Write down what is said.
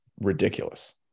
ridiculous